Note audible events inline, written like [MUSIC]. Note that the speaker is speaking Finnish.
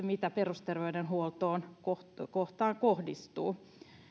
[UNINTELLIGIBLE] mitä perusterveydenhuoltoon kohdistuu